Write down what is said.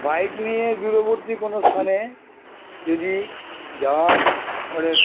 bike নিয়ে দূরবর্তী কোনো স্থানে যদি যাওয়ার মানে